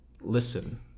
listen